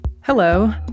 Hello